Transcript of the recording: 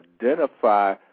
identify